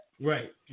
Right